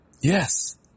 Yes